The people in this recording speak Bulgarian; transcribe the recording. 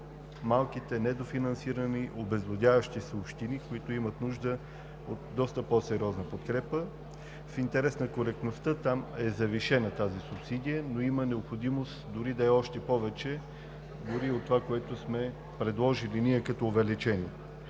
малките, недофинансирани, обезлюдяващи се общини, които имат нужда от доста по-сериозна подкрепа. В интерес на коректността там е завишена тази субсидия, но има необходимост да е още повече, дори и от това, което сме предложили като увеличение.